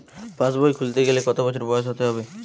পাশবই খুলতে গেলে কত বছর বয়স হতে হবে?